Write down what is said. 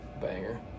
banger